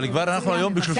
אבל כבר אנחנו היום ב-31 במאי.